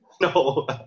No